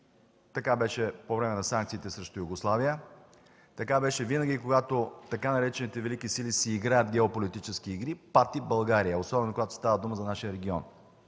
Така беше по време на санкциите срещу Югославия. Така е винаги, когато така наречените „Велики сили” си играят геополитически игри и пати България, особено когато става дума за нашия регион.